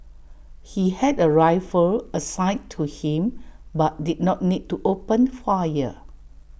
he had A rifle assigned to him but did not need to open fire